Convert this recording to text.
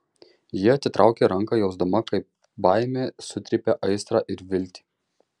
ji atitraukė ranką jausdama kaip baimė sutrypia aistrą ir viltį